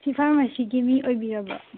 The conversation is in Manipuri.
ꯁꯤ ꯐꯥꯔꯃꯥꯁꯤꯒꯤ ꯃꯤ ꯑꯣꯏꯕꯤꯔꯕ꯭ꯔꯣ